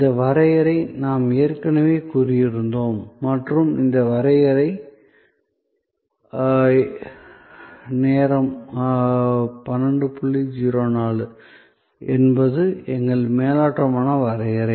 இந்த வரையறை நாம் ஏற்கனவே கூறியிருந்தோம் மற்றும் இந்த வரையறை என்பது எங்கள் மேலோட்டமான வரையறை